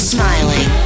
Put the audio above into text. Smiling